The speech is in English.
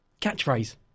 Catchphrase